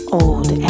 old